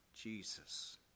Jesus